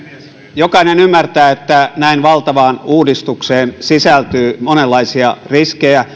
jokainen ymmärtää että näin valtavaan uudistukseen sisältyy monenlaisia riskejä